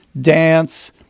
dance